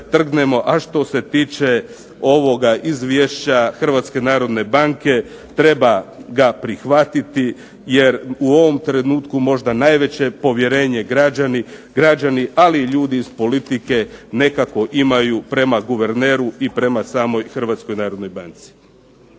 A što se tiče ovoga izvješća Hrvatske narodne banke treba ga prihvatiti, jer u ovom trenutku možda najveće povjerenje građani ali i ljudi iz politike nekako imaju prema guverneru i prema samoj Hrvatskoj narodnoj banci.